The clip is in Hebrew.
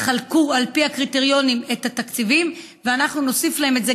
שיחלקו את התקציבים על פי הקריטריונים ואנחנו נוסיף להם את זה.